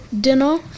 dinner